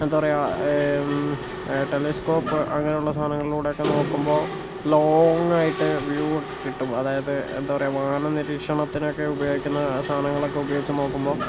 എന്താ പറയുക ടെലസ്കോപ്പ് അങ്ങനെയുള്ള സാധനങ്ങളിൽ കൂടെയൊക്കെ നോക്കുമ്പോൾ ലോങ്ങ് ആയിട്ട് വ്യൂ ഒക്കെ കിട്ടും അതായത് എന്താ പറയുക വാന നിരീക്ഷണത്തിനൊക്കെ ഉപയോഗിക്കുന്ന സാധനങ്ങളൊക്കെ ഉപയോഗിച്ച് നോക്കുമ്പോൾ